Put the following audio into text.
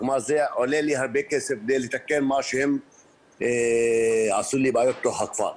זה עולה לי הרבה כסף כדי לתקן את הבעיות שהם עשו לי בתוך הכפר.